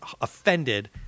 offended